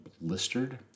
blistered